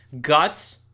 guts